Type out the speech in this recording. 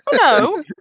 no